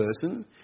person